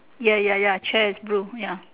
ya ya ya chair is blue ya